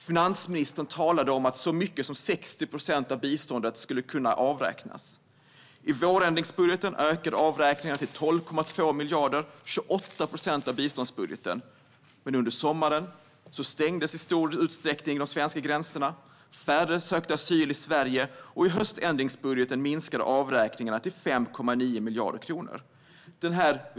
Finansministern talade om att så mycket som 60 procent av biståndet skulle avräknas. I vårändringsbudgeten ökade avräkningarna till 12,2 miljarder, det vill säga 28 procent av biståndsbudgeten. Men under sommaren stängdes i stor utsträckning de svenska gränserna, färre sökte asyl i Sverige och i höständringsbudgeten minskades avräkningarna till 5,9 miljarder kronor.